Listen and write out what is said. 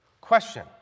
Question